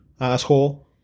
Asshole